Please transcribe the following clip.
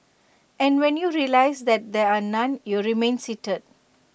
and when you realise that there are none you remain seated